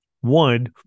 One